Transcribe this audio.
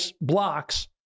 blocks